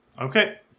Okay